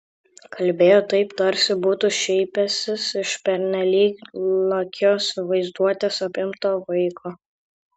kalbėjo taip tarsi būtų šaipęsis iš pernelyg lakios vaizduotės apimto vaiko